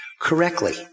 correctly